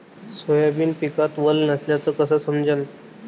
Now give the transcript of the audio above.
Soybean पिकात वल नसल्याचं कस समजन?